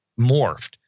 morphed